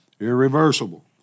irreversible